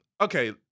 okay